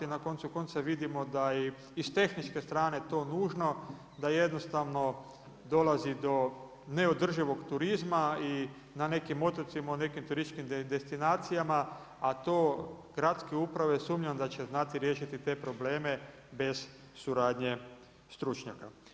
Na koncu konca vidimo da je i iz tehničke strane to nužno, da jednostavno dolazi do neodrživog turizma i na nekim otocima u nekim turističkim destinacijama, a to gradske uprave sumnjam da će znati riješiti te probleme bez suradnje stručnjaka.